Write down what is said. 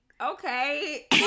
Okay